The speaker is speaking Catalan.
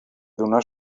donar